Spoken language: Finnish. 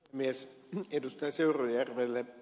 arvoisa puhemies